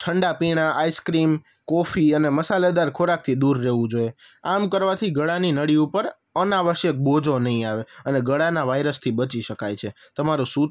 ઠંડા પીણા ice cream coffee અને મસાલેદાર ખોરાકથી દૂર રહેવું જોઈએ આમ કરવાથી ગળાની નળી ઉપર અનાવશ્યક બીજો નહીં આવે અને ગળાના વાયરસથી બચી શકાય છે તમારુ સુતા